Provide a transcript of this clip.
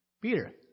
Peter